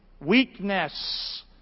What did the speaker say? Weakness